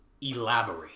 elaborate